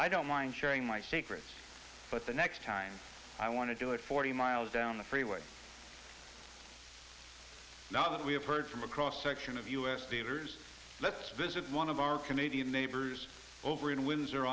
i don't mind sharing my secrets but the next time i want to do it forty miles down the freeway now that we have heard from a cross section of us theaters let's visit one of our canadian neighbors over in windsor